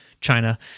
China